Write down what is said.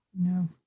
No